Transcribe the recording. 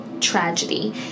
tragedy